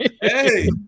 hey